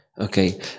Okay